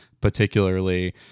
particularly